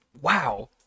Wow